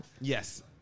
Yes